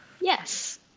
yes